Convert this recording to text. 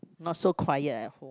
not so quiet at home